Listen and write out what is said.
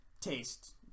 taste